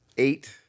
Eight